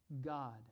God